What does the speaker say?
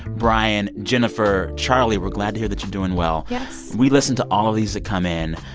brian jennifer, charlie we're glad to hear that you're doing well yes we listen to all of these that come in.